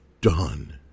done